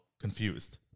confused